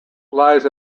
lies